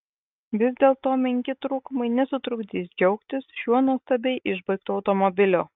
vis dėlto menki trūkumai nesutrukdys džiaugtis šiuo nuostabiai išbaigtu automobiliu